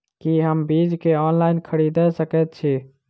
की हम बीज केँ ऑनलाइन खरीदै सकैत छी?